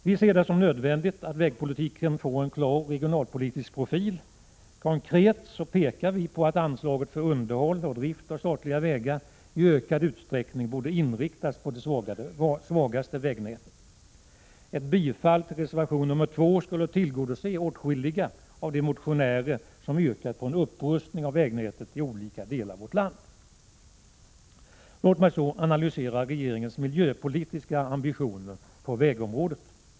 Vi anser det vara nödvändigt att vägpolitiken får en klar regionalpolitisk profil. Konkret pekar vi på att anslaget för underhåll och drift av statliga vägar i ökad utsträckning borde inriktas på det svagaste vägnätet. Ett bifall till reservation nr 2 skulle innebära att åtskilliga av de motionärer som har yrkat på en upprustning av vägnätet i olika delar av vårt land får sina önskemål tillgodosedda. Låt mig sedan analysera regeringens miljöpolitiska ambitioner på vägområdet.